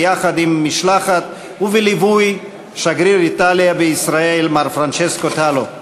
ביחד עם משלחת ובליווי שגריר איטליה בישראל מר פרנצ'סקו טאלו.